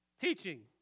Teaching